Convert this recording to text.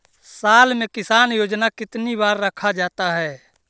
साल में किसान योजना कितनी बार रखा जाता है?